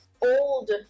old